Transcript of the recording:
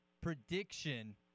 prediction